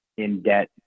in-debt